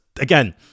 again